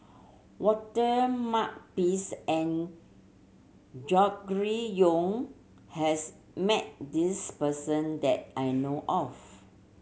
Walter Makepeace and Gregory Yong has met this person that I know of